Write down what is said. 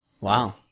Wow